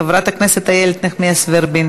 חברת הכנסת מיכל רוזין,